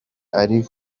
ari